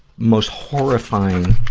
most horrifying,